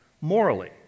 morally